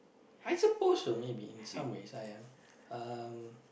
I suppose so maybe in some ways I am um